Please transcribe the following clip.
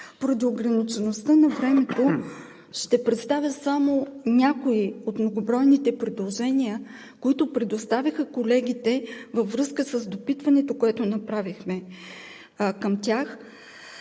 Поради ограничеността на времето, ще представя само някои от многобройните предложения, които предоставиха колегите във връзка с допитването: механизъм за